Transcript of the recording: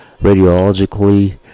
radiologically